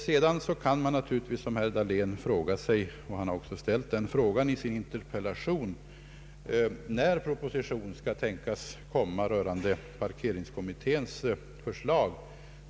Sedan kan man naturligtvis som herr Dahlén fråga sig — han har också ställt den frågan i sin interpellation — när proposition kan tänkas föreläggas riksdagen rörande parkeringskommitténs förslag.